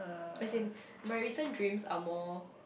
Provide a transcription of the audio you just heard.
is in my recent dreams are more